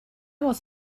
was